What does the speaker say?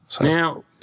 Now